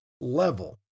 level